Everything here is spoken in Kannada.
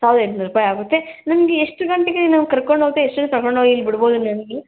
ಸಾವಿರದ ಎಂಟು ನೂರು ರೂಪಾಯಿ ಆಗುತ್ತೆ ನಮಗೆ ಎಷ್ಟು ಗಂಟೆಗೆ ನೀವು ಕರ್ಕೊಂಡು ಹೋಗಿ ಎಷ್ಟೊತ್ತಿಗೆ ಕರ್ಕೊಂಡು ಹೋಗಿ ಇಲ್ಲಿ ಬಿಡಬೌದು ನಮಗೆ